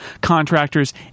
contractors